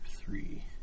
three